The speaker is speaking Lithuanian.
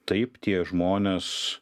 taip tie žmonės